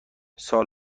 سال